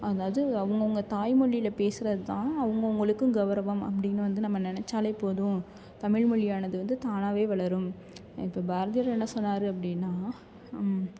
அதாவது அவங்கவுங்க தாய்மொழியில் பேசுறதுதான் அவங்கவுங்களுக்கும் கௌரவம் அப்படின்னு வந்து நம்ம நெனைச்சாலே போதும் தமிழ் மொழியானது வந்து தானாகவே வளரும் இப்போ பாரதியார் என்ன சொன்னார் அப்படின்னா